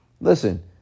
listen